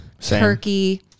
Turkey